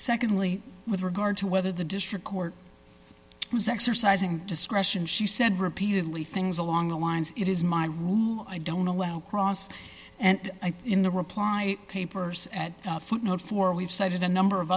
secondly with regard to whether the district court was exercising discretion she said repeatedly things along the lines it is my room i don't allow cross and i think in the reply papers at footnote four we've cited a number of